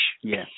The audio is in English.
Yes